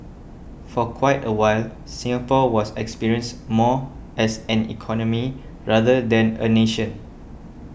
for quite a while Singapore was experienced more as an economy rather than a nation